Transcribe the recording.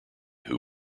who